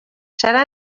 serà